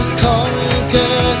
conquer